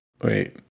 wait